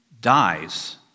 dies